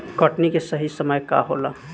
कटनी के सही समय का होला?